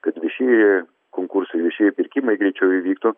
kad viešieji konkursai viešieji pirkimai greičiau įvyktų